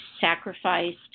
sacrificed